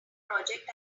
project